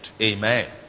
Amen